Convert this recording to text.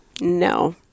no